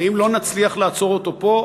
ואם לא נצליח לעצור אותו פה,